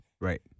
Right